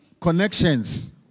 connections